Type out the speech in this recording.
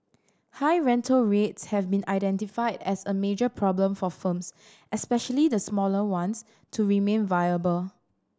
high rental rates have been identified as a major problem for firms especially the smaller ones to remain viable